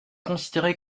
considéré